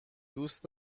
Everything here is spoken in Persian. دوست